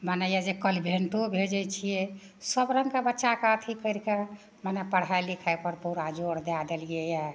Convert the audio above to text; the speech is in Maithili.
मने इएह जे कल्न्भेन्टो भेजै छियै सब रङ्गके बच्चाके अथी करि कए मने पढ़ाइ लिखाइ पर पूरा जोर दए देलियैया